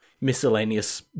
miscellaneous